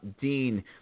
Dean